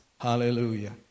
Hallelujah